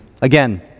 Again